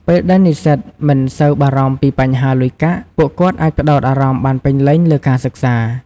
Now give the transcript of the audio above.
ពេលដែលនិស្សិតមិនសូវបារម្ភពីបញ្ហាលុយកាក់ ពួកគាត់អាចផ្តោតអារម្មណ៍បានពេញលេញលើការសិក្សា។